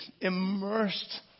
immersed